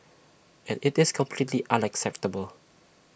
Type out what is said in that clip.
and it's completely unacceptable